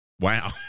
Wow